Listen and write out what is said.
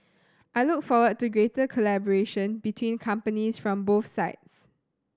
I look forward to greater collaboration between companies from both sides